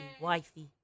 wifey